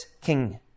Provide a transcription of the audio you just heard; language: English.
King